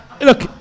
Look